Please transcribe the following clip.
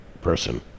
person